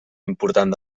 important